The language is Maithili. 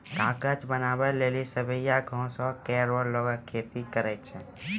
कागज बनावै लेलि सवैया घास केरो लोगें खेती करै छै